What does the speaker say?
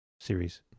series